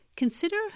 Consider